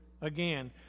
again